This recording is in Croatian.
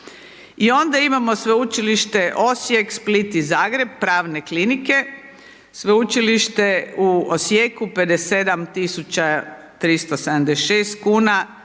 I onda imamo Sveučilište Osijek, Split i Zagreb, pravne klinike Sveučilište u Osijeku 57 tisuća